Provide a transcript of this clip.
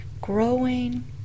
growing